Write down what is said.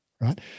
right